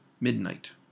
midnight